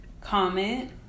comment